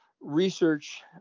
research